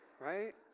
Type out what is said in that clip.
Right